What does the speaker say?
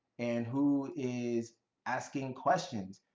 and who is asking questions.